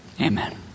amen